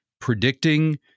predicting